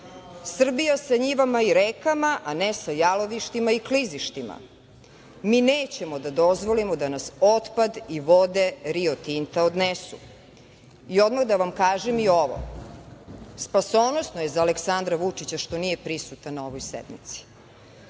Srbija sa njivama i rekama, a ne sa jalovištima i klizištima. Mi nećemo da dozvolimo da nas otpad i vode "Rio Tinta" odnesu. Odmah da vam kažem i ovo. Spasonosno je za Aleksandra Vučića što nije prisutan na ovoj sednici.